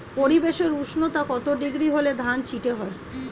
পরিবেশের উষ্ণতা কত ডিগ্রি হলে ধান চিটে হয়?